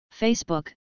Facebook